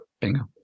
Bingo